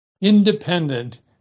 independent